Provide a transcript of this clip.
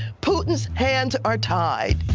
putin's hands are tied,